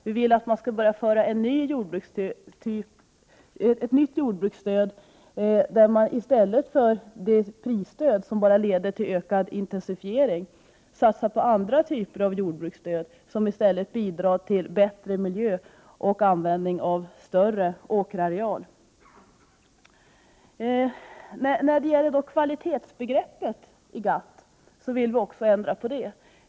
Vi vill att man skall införa en ny jordbrukspolitik, där man i stället för det prisstöd som bara leder till intensifiering satsar på andra typer av jordbruksstöd, som bidrar till bättre miljö och användning av större åkerareal. Också kvalitetsbegreppet i GATT vill vi ändra på.